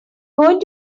going